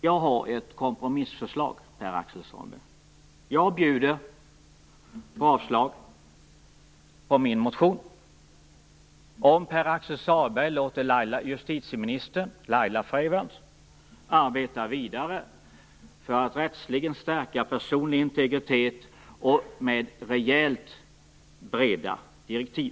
Jag har ett kompromissförslag, Pär-Axel Sahlberg. Jag bjuder på avslag på min motion om Pär-Axel Sahlberg låter justitieministern, Laila Freivalds, arbeta vidare för att rättsligen stärka den personliga integriteten med rejält breda direktiv.